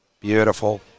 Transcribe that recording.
beautiful